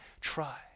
try